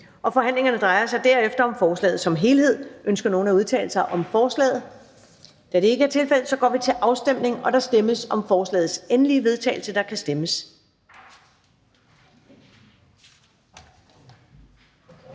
Forhandlingerne drejer sig derefter om forslaget som helhed. Ønsker nogen at udtale sig om forslaget? Da det ikke er tilfældet, går vi til afstemning. Kl. 16:09 Afstemning Første næstformand (Karen Ellemann): Der stemmes